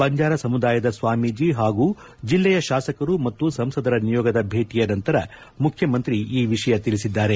ಬಂಜಾರ ಸಮುದಾಯದ ಸ್ವಾಮೀಜಿ ಹಾಗೂ ಜಿಲ್ಲೆಯ ಶಾಸಕರೂ ಮತ್ತು ಸಂಸದರ ನಿಯೋಗದ ಭೇಟಿಯ ನಂತರ ಮುಖ್ಯಮಂತ್ರಿ ಅವರು ಈ ವಿಷಯ ತಿಳಿಸಿದ್ದಾರೆ